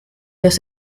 los